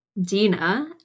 Dina